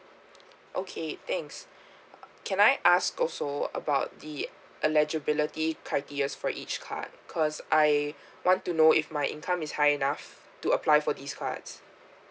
okay thanks can I ask also about the eligibility criteria for each card cause I want to know if my income is high enough to apply for these cards